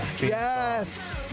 Yes